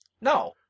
No